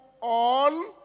on